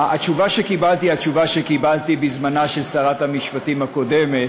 התשובה שקיבלתי היא התשובה שקיבלתי בזמנה של שרת המשפטים הקודמת,